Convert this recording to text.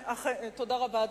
תודה רבה.